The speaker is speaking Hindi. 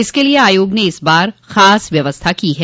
इसके लिये आयोग ने इस बार खास व्यवस्था की है